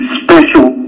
special